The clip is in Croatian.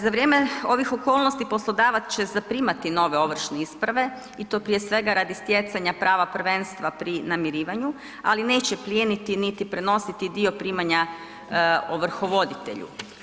Za vrijeme ovih okolnosti, poslodavac će zaprimati nove ovršne isprave, i to prije svega radi stjecanja prava prvenstva pri namirivanju, ali neće plijeniti niti prenositi dio primanja ovrhovoditelju.